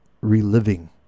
reliving